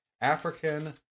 African